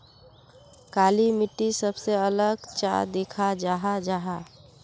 काली मिट्टी सबसे अलग चाँ दिखा जाहा जाहा?